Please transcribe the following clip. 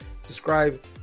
subscribe